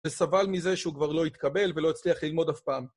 וסבל מזה שהוא כבר לא יתקבל ולא יצליח ללמוד אף פעם.